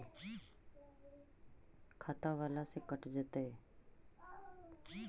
खाता बाला से कट जयतैय?